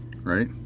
right